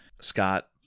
Scott